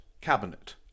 cabinet